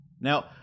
Now